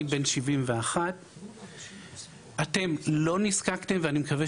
אני בן 71. אתם לא נזקקתם ואני מקווה